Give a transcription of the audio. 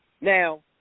Now